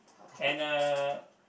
and uh